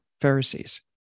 pharisees